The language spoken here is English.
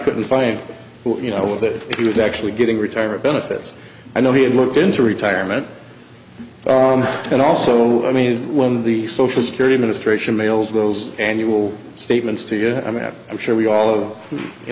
couldn't find you know that he was actually getting retirement benefits i know he had looked into retirement and also i mean when the social security administration mails those annual statements to good i mean that i'm sure we all of you